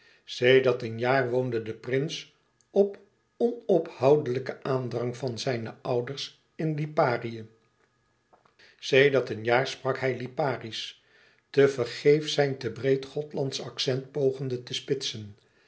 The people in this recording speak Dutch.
sedert een jaar woonde de prins op onophoudelijken aandrang van zijne ouders in liparië sedert een jaar sprak hij liparisch te vergeefsch zijn te breed gothlandsch accent pogende te spitsen